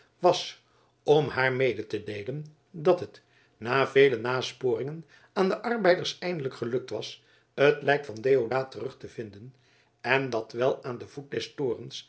was om haar mede te deelen dat het na vele nasporingen aan de arbeiders eindelijk gelukt was het lijk van deodaat terug te vinden en dat wel aan den voet